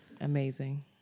Amazing